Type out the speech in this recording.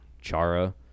Chara